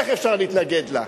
איך אפשר להתנגד לה,